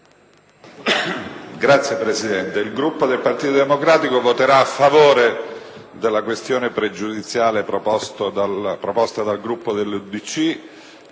Signor Presidente, il Gruppo del Partito Democratico voterà a favore della questione pregiudiziale proposta dal senatore D'Alia.